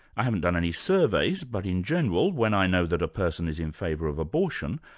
i haven't done any surveys but in general, when i know that a person is in favour of abortion,